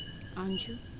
aren't you?